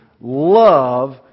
love